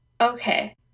Okay